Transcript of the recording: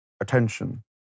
attention